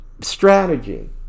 strategy